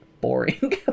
boring